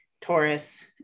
Taurus